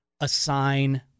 assign